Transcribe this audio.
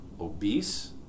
obese